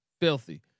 filthy